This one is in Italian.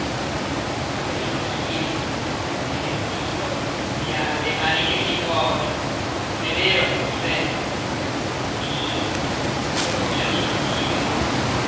altro che spirito è vivo e ha le mani che si muovono non è vero grixè chi don giacintino